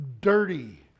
dirty